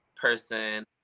person